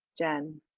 jen.